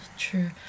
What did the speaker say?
true